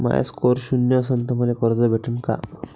माया score शून्य असन तर मले कर्ज भेटन का?